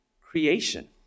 creation